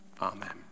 Amen